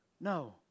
No